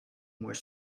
more